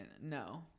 No